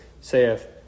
saith